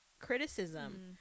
criticism